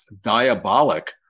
diabolic